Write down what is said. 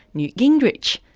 newt gingrich,